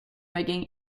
rigging